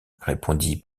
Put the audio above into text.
répondit